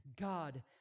God